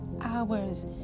hours